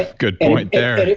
ah good point there.